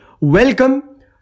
welcome